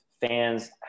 fans